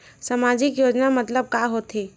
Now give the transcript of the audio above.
सामजिक योजना मतलब का होथे?